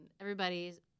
everybody's